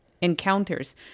encounters